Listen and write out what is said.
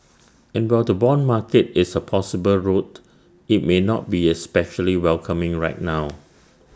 and while the Bond market is A possible route IT may not be especially welcoming right now